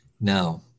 No